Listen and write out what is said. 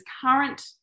current